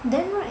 then right